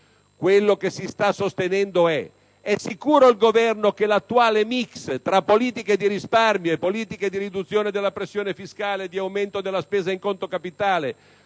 Invece si chiede: è sicuro il Governo che l'attuale *mix* tra politiche di risparmio e politiche di riduzione della pressione fiscale e di aumento della spesa in conto capitale